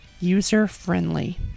user-friendly